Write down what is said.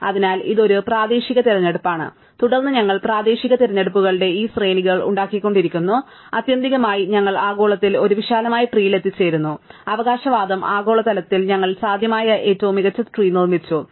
അതിനാൽ ഇത് ഒരു പ്രാദേശിക തിരഞ്ഞെടുപ്പാണ് തുടർന്ന് ഞങ്ങൾ പ്രാദേശിക തിരഞ്ഞെടുപ്പുകളുടെ ഈ ശ്രേണികൾ ഉണ്ടാക്കിക്കൊണ്ടിരിക്കുന്നു ആത്യന്തികമായി ഞങ്ങൾ ആഗോളതലത്തിൽ ഒരു വിശാലമായ ട്രീൽ എത്തിച്ചേരുന്നു അവകാശവാദം ആഗോളതലത്തിൽ ഞങ്ങൾ സാധ്യമായ ഏറ്റവും മികച്ച ട്രീ നിർമ്മിച്ചു ശരിയാണ്